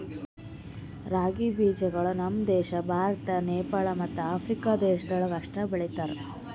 ರಾಗಿ ಬೀಜಗೊಳ್ ನಮ್ ದೇಶ ಭಾರತ, ನೇಪಾಳ ಮತ್ತ ಆಫ್ರಿಕಾ ದೇಶಗೊಳ್ದಾಗ್ ಅಷ್ಟೆ ಬೆಳುಸ್ತಾರ್